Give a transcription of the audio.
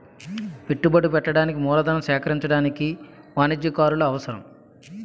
పెట్టుబడి పెట్టడానికి మూలధనం సేకరించడానికి వాణిజ్యకారులు అవసరం